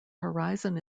horizon